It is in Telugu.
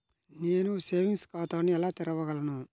నేను సేవింగ్స్ ఖాతాను ఎలా తెరవగలను?